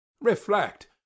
reflect